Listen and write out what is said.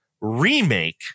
remake